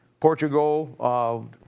Portugal